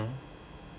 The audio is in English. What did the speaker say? (uh huh)